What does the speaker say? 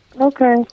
Okay